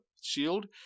shield